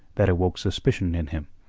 that awoke suspicion in him,